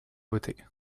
votée